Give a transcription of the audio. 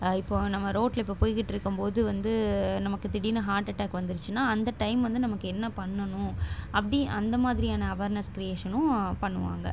இப்போது நம்ம ரோடில் இப்போ போயிக்கிட்டிருக்கும் வந்து நமக்கு திடீர்னு ஹார்ட் அட்டாக் வந்துருச்சுன்னா அந்த டைம் வந்து நமக்கு என்ன பண்ணணும் அப்படி அந்த மாதிரியான அவேர்னஸ் க்ரியேஷனும் பண்ணுவாங்க